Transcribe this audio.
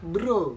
Bro